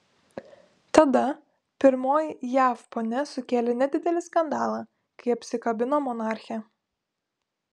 tada pirmoji jav ponia sukėlė nedidelį skandalą kai apsikabino monarchę